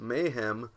Mayhem